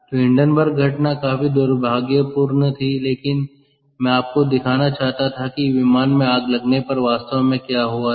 तो हिंडनबर्ग घटना काफी दुर्भाग्यपूर्ण थी लेकिन मैं आपको दिखाना चाहता था कि विमान में आग लगने पर वास्तव में क्या हुआ था